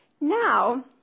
Now